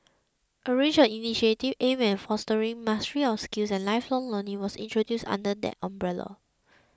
a range of initiatives aimed at fostering mastery of skills and lifelong learning was introduced under that umbrella